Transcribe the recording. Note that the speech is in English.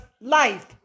life